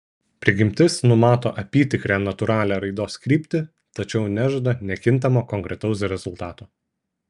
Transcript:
prigimtis numato apytikrę natūralią raidos kryptį tačiau nežada nekintamo konkretaus rezultato